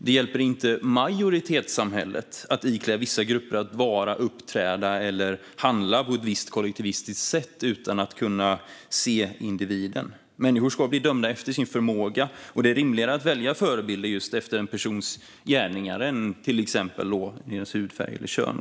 Det hjälper inte majoritetssamhället att tillskriva vissa grupper ett visst kollektivistiskt sätt att vara, uppträda och handla utan att kunna se individen. Människor ska bli dömda efter sin förmåga, och det är rimligare att välja förebilder efter en persons gärningar än efter, till exempel, hudfärg eller kön.